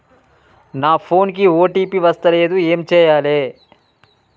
నా ఫోన్ కి ఓ.టీ.పి వస్తలేదు ఏం చేయాలే?